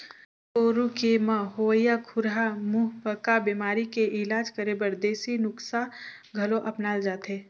गाय गोरु के म होवइया खुरहा मुहंपका बेमारी के इलाज करे बर देसी नुक्सा घलो अपनाल जाथे